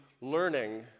learning